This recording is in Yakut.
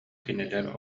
кинилэр